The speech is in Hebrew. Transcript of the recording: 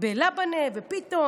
בלבנה ופיתות.